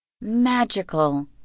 magical